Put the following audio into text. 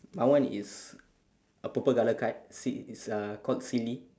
my one is a purple colour card si~ it's uh called silly